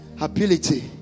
ability